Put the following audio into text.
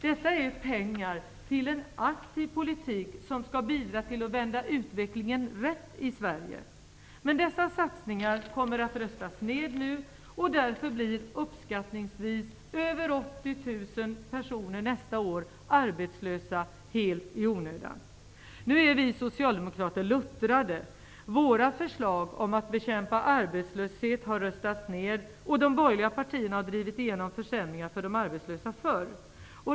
Detta är pengar till en aktiv politik som skall bidra till att vända utvecklingen rätt i Sverige. Men förslagen om dessa satsningar kommer nu att röstas ner, och därför blir uppskattningsvis mer än 80 000 personer arbetslösa nästa år -- helt i onödan. Nu är vi socialdemokrater luttrade. Våra förslag om att bekämpa arbetslösheten har röstats ner, och de borgerliga partierna har drivit igenom försämringar för de arbetslösa förr.